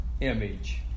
Image